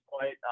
point